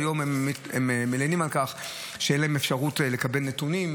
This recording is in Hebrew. כיום הם מלינים על כך שאין להם אפשרות לקבל נתונים,